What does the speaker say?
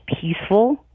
peaceful